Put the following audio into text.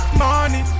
money